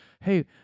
Hey